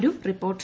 ഒരു റിപ്പോർട്ട്